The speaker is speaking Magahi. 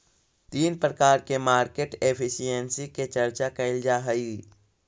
तीन प्रकार के मार्केट एफिशिएंसी के चर्चा कैल जा हई